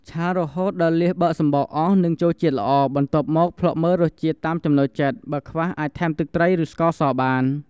ឆារហូតដល់លៀសបើកសំបកអស់ និងចូលជាតិល្អ បន្ទាប់មកភ្លក់មើលរសជាតិតាមចំណូលចិត្ត បើខ្វះអាចថែមទឹកត្រី ឬស្ករសបាន។